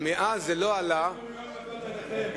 מאז זה לא עלה, בן-גוריון עבד עליכם.